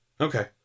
Okay